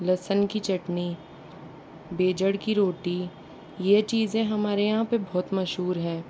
लहसुन की चटनी बीजड़ की रोटी यह चीज़ें हमारे यहाँ पर बहुत मशहूर है